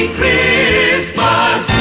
Christmas